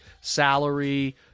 salary